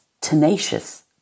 tenacious